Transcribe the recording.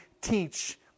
teach